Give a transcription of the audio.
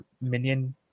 minion